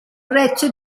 prezzo